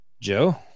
Joe